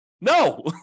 No